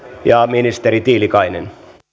ministeri tiilikainen